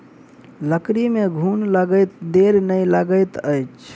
लकड़ी में घुन लगैत देर नै लगैत अछि